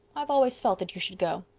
i've always felt that you should go.